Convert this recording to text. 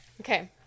Okay